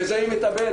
בזה היא מטפלת,